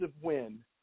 win